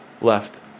left